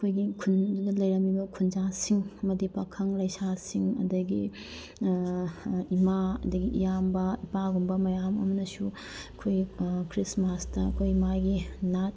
ꯑꯩꯈꯣꯏꯒꯤ ꯈꯨꯟꯗꯨꯗ ꯂꯩꯔꯝꯃꯤꯕ ꯈꯨꯟꯖꯥꯁꯤꯡ ꯑꯃꯗꯤ ꯄꯥꯈꯪ ꯂꯩꯁꯥꯁꯤꯡ ꯑꯗꯒꯤ ꯏꯃꯥ ꯑꯗꯒꯤ ꯏꯌꯥꯝꯕ ꯏꯄꯥꯒꯨꯝꯕ ꯃꯌꯥꯝ ꯑꯃꯅꯁꯨ ꯑꯩꯈꯣꯏ ꯈ꯭ꯔꯤꯁꯃꯥꯁꯇ ꯑꯩꯈꯣꯏ ꯃꯥꯒꯤ ꯅꯥꯠ